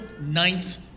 ninth